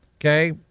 okay